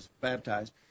baptized